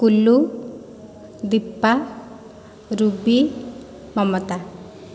Kullu Deepa Ruby Mamata